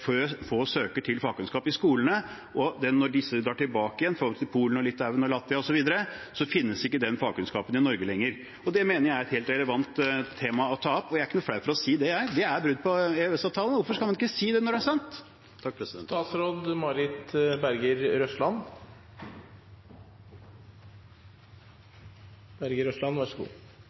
få søker til fagkunnskap i skolene. Når disse drar tilbake til Polen, Litauen, Latvia osv., finnes ikke den fagkunnskapen i Norge lenger. Det mener jeg er et helt relevant tema å ta opp, og jeg er ikke noe flau for å si det. Det er brudd på EØS-avtalen. Hvorfor skal man ikke si det når det er sant? Jeg har blitt utfordret på noen temaer som jeg ikke fikk dekket i mitt første innlegg. Det første var om anstendig arbeidsliv, og så